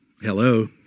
hello